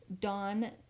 Dawn